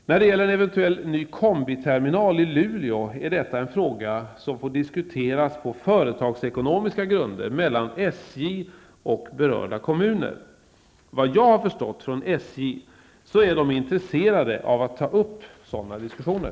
När det gäller en eventuell ny kombiterminal i Luleå är detta en fråga som får diskuteras på företagsekonomiska grunder mellan SJ och berörda kommuner. Vad jag har förstått från SJ är de intresserade av att ta upp sådana diskussioner.